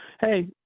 hey